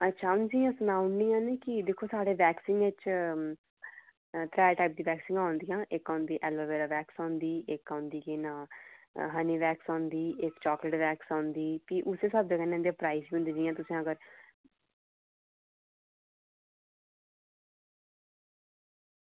अच्छा अं'ऊ सनाई ओड़नी आं कि दिक्खो साढ़ी वैक्सिंग च त्रै टाइप दियां वैक्सिंग औंदियां इक औंदी ऐलोवेरा वैक्सिंग औंदी इक औंदी केह् नांऽ हनी वैक्स औदी इक चॉकलेट वैक्स औंदी फ्ही उस्सै स्हाबै कन्नै ओह्दे प्राइज़ बी होंदे जियां तुसें अगर